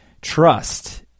trust